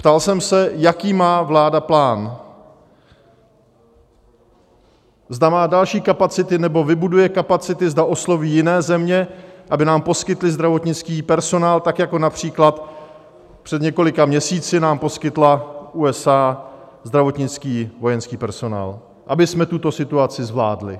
Ptal jsem se, jaký má vláda plán, zda má další kapacity nebo vybuduje kapacity, zda osloví jiné země, aby nám poskytly zdravotnický personál, tak jako například před několika měsíci nám poskytly USA zdravotnický vojenský personál, abychom tuto situaci zvládli.